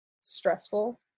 stressful